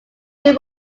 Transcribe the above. due